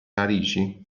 narici